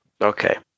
okay